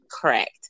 correct